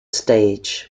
stage